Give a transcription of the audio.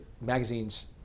magazine's